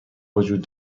وجود